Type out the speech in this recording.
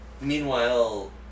Meanwhile